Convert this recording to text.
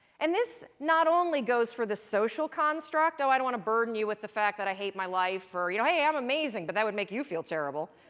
and this not only goes for the social construct oh, i don't want to burden you with the fact that i hate my life, or you know hey, i'm amazing! but that would make you feel terrible.